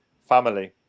family